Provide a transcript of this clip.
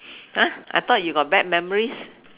!huh! I thought you got bad memories